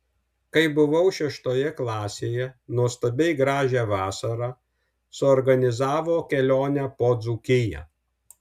kai buvau šeštoje klasėje nuostabiai gražią vasarą suorganizavo kelionę po dzūkiją